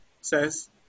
says